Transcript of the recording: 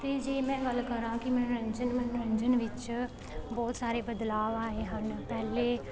ਅਤੇ ਜੇ ਮੈਂ ਗੱਲ ਕਰਾਂ ਕਿ ਮਨੋਰੰਜਨ ਮਨੋਰੰਜਨ ਵਿੱਚ ਬਹੁਤ ਸਾਰੇ ਬਦਲਾਵ ਆਏ ਹਨ ਪਹਿਲੇ